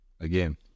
Again